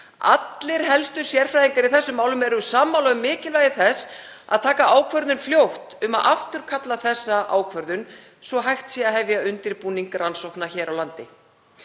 Allir helstu sérfræðingar í þessum málum eru sammála um mikilvægi þess að taka ákvörðun fljótt um að afturkalla þessa ákvörðun svo að hægt verði að hefja undirbúning rannsókna hér á landi.